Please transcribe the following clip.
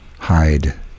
Hide